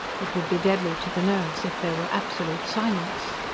it would be deadly to the nerves if there were absolute silence.